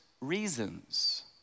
reasons